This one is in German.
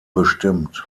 bestimmt